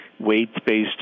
weight-based